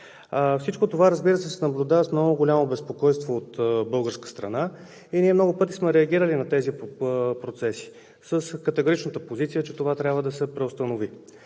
Всичко това, разбира се, се наблюдава с много голямо безпокойство от българска страна и ние много пъти сме реагирали на тези процеси с категоричната позиция, че това трябва да се преустанови.